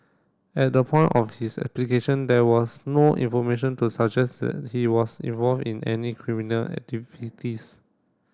at the point of his application there was no information to suggest that he was involved in any criminal activities